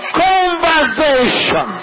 conversation